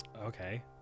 Okay